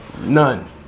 none